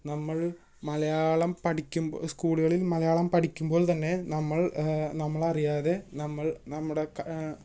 നമ്മള് മലയാളം പഠിക്കും സ്കൂളുകളില് മലയാളം പഠിക്കുമ്പോള് തന്നെ നമ്മള് നമ്മളറിയാതെ നമ്മള് നമ്മുടെ